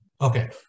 Okay